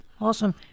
Awesome